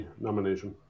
nomination